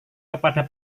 kepada